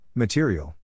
Material